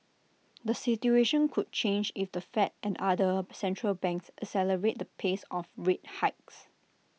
the situation could change if the fed and other obcentral banks accelerate the pace of rate hikes